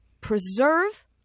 preserve